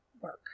work